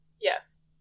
Yes